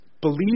believe